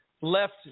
left